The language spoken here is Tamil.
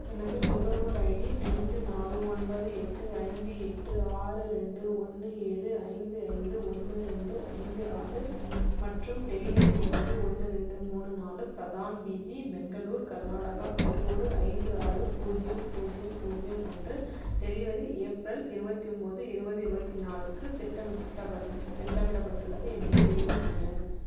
எனது நுகர்வோர் ஐடி ஐந்து நாலு ஒன்பது எட்டு ஐந்து எட்டு ஆறு ரெண்டு ஒன்று ஏழு ஐந்து ஐந்து ஒன்று ரெண்டு ஐந்து ஆறு மற்றும் டெலிவரி முகவரி ஒன்று ரெண்டு மூணு நாலு பிரதான் வீதி பெங்களூர் கர்நாடகா பின்கோடு ஐந்து ஆறு பூஜ்ஜியம் பூஜ்ஜியம் பூஜ்ஜியம் ஒன்று டெலிவரி ஏப்ரல் இருபத்தி ஒம்பது இருபது இருபத்தி நாலுக்கு திட்டமிட்டப திட்டமிடப்பட்டுள்ளது என்பதை உறுதி செய்யவும்